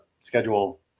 schedule